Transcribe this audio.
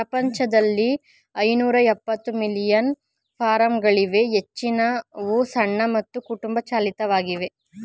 ಪ್ರಪಂಚದಲ್ಲಿ ಐನೂರಎಪ್ಪತ್ತು ಮಿಲಿಯನ್ ಫಾರ್ಮ್ಗಳಿವೆ ಹೆಚ್ಚಿನವು ಸಣ್ಣ ಮತ್ತು ಕುಟುಂಬ ಚಾಲಿತವಾಗಿದೆ